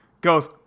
goes